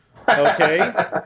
Okay